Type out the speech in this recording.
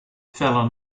fell